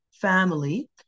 family